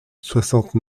soixante